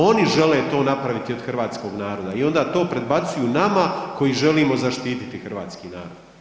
Oni žele to napraviti od hrvatskog naroda i onda to predbacuju nama koji želimo zaštititi hrvatski narod.